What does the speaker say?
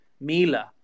Mila